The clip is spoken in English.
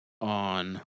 on